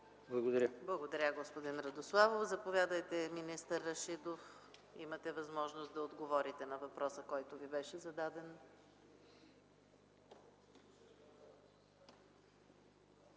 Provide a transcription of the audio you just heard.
МИХАЙЛОВА: Благодаря, господин Радославов. Заповядайте, господин министър Рашидов. Имате възможност да отговорите на въпроса, който Ви беше зададен.